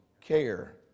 care